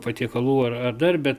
patiekalų ar dar bet